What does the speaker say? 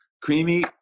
Creamy